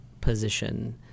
position